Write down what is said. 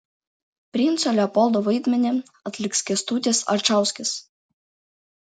princo leopoldo vaidmenį atliks kęstutis alčauskis